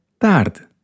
tarde